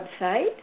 website